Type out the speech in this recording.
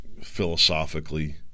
philosophically